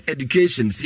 Education